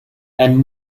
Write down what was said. and